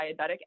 diabetic